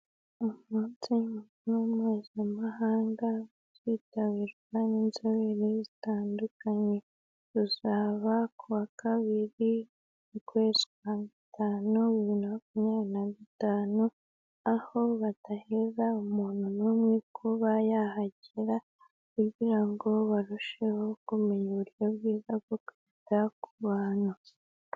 Umunsi Mpuzamahanga uzitabirwa n'inzobere zitandukanye. Uzaba ku wa kabiri mu kwezi kwa gatanu bibiri na makumyabiri na gatanu, aho badaheza umuntu n'umwe kuba yahagera kugira ngo barusheho kumenya uburyo bwiza bwo kwita ku bantu.